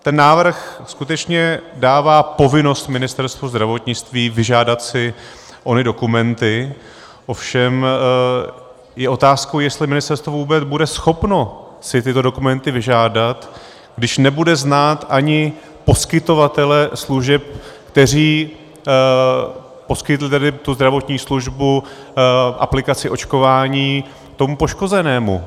Ten návrh skutečně dává povinnost Ministerstvu zdravotnictví vyžádat si ony dokumenty, ovšem je otázkou, jestli ministerstvo vůbec bude schopno si tyto dokumenty vyžádat, když nebude znát ani poskytovatele služeb, kteří poskytli tedy tu zdravotní službu, aplikaci očkování, tomu poškozenému.